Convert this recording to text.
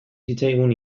zitzaigun